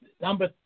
number